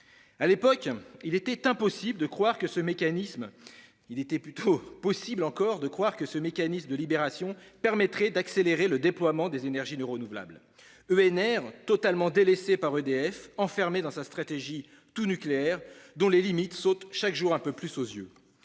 À l'époque, il était possible de croire que le mécanisme de libéralisation permettrait d'accélérer le déploiement des énergies renouvelables (EnR), totalement délaissées par EDF, enfermé dans sa stratégie du tout nucléaire, dont les limites sautent chaque jour un peu plus aux yeux.